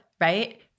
Right